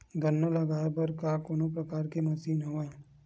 गन्ना लगाये बर का कोनो प्रकार के मशीन हवय?